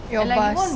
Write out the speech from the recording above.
your bust